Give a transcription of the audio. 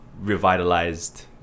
revitalized